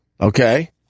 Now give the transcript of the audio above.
Okay